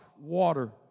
water